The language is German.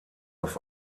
auf